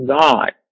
God